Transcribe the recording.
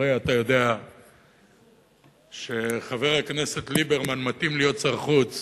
הרי אתה יודע שחבר הכנסת ליברמן מתאים להיות שר חוץ